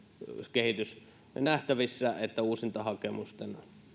nähtävissä kehitys että uusintahakemusten